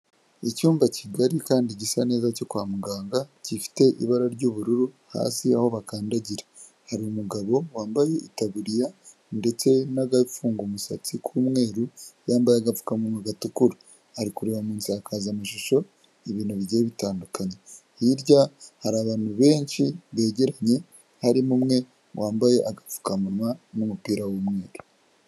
Icyumba kigari kandi gisa neza cyo kwa muganga, gifite ibara ry'ubururu hasi aho bakandagira, hari umugabo wambaye itaburiya ndetse n'agafunga umusatsi k'umweru, yambaye agapfukamuwa gatukura, ari kureba mu nsakazamashusho ibintu bigiye bitandukanye, hirya hari abantu benshi begeranye, harimo umwe wambaye agapfukamunwa n'umupira w'umweru.